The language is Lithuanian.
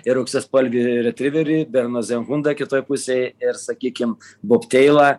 ir auksaspalvį retriverį bernazegundą kitoj pusėj ir sakykim bopteilą